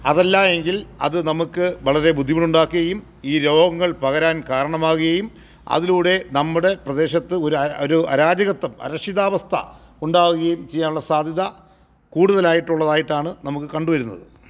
അതല്ലായെങ്കിൽ അത് നമുക്ക് വളരെ ബുദ്ധിമുട്ടുണ്ടാക്കയും ഈ രോഗങ്ങൾ പകരാൻ കാരണമാകുകയും അതിലൂടെ നമ്മുടെ പ്രദേശത്ത് ഒരു ഒരു അരാജകത്വം അരക്ഷിതാവസ്ഥ ഉണ്ടാവുകയും ചെയ്യാനുള്ള സാധ്യത കൂടുതലായിട്ടുള്ളതായിട്ടാണ് നമുക്ക് കണ്ടുവരുന്നത്